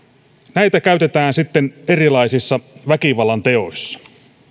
näitä käytetään sitten erilaisissa väkivallanteoissa